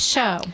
Show